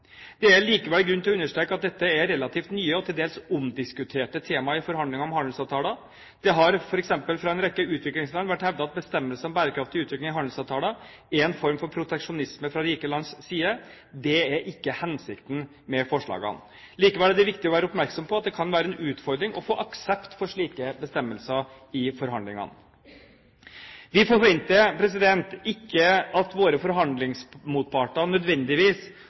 Det er likevel grunn til å understreke at dette er relativt nye og til dels omdiskuterte tema i forhandlinger om handelsavtaler. Det har, f.eks. fra en rekke utviklingsland, vært hevdet at bestemmelser om bærekraftig utvikling i handelsavtaler er en form for proteksjonisme fra rike lands side. Det er ikke hensikten med forslaget. Likevel er det viktig å være oppmerksom på at det kan være en utfordring å få aksept for slike bestemmelser i forhandlingene. Vi forventer ikke at våre forhandlingsmotparter nødvendigvis